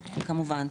כמובן,